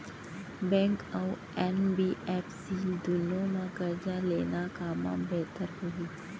Bank अऊ NBFC दूनो मा करजा लेना कामा बेहतर होही?